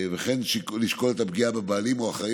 וכן לשקול את הפגיעה בבעלים או האחראי